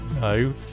no